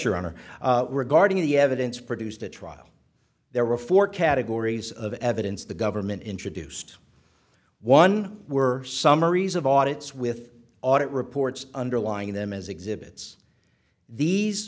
your honor regarding the evidence produced a trial there were four categories of evidence the government introduced one were summaries of audit's with audit reports underlying them as exhibits these